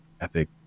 epic